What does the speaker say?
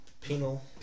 Penal